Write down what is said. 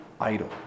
idol